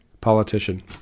politician